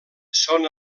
són